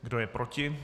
Kdo je proti?